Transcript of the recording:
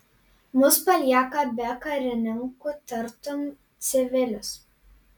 mus palieka be karininkų tartum civilius